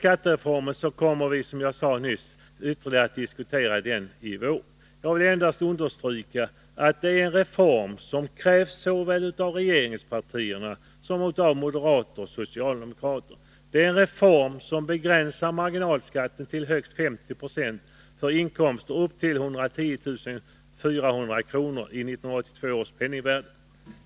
Skattereformen kommer vi, som jag nyss sade, att få tillfälle att diskutera ytterligare denna vår. Jag vill endast understryka att det är en reform som krävts såväl av regeringspartierna som av moderater och socialdemokrater. Det är en reform som begränsar marginalskatten till högst 50 20 för inkomster upp till 110400 kr. i 1982 års penningvärde.